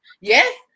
Yes